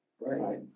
Right